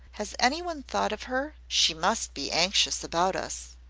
has any one thought of her? she must be anxious about us.